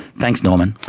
thanks norman.